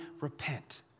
repent